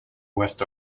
west